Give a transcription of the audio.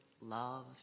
love